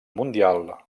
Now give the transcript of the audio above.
mundial